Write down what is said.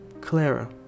Clara